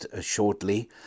shortly